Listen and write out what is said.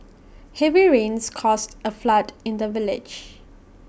heavy rains caused A flood in the village